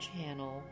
channel